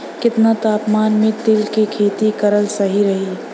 केतना तापमान मे तिल के खेती कराल सही रही?